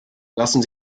lassen